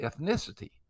ethnicity